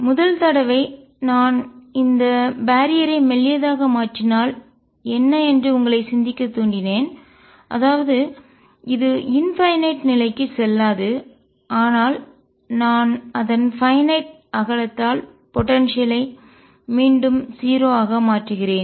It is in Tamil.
முதல் தடவை நான் இந்த பேரியர் ஐ தடையை மெல்லியதாக மாற்றினால் என்ன என்று உங்களை சிந்திக்க தூண்டினேன் அதாவது இது யின்பைன்நாட் எல்லையற்ற நிலைக்குச் செல்லாது ஆனால் நான் அதன் பைன்நாட் வரையறுக்கப்பட்ட அகலத்தால் போடன்சியல் ஐ ஆற்றலையும் மீண்டும் 0 ஆக மாற்றுகிறேன்